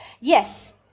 Yes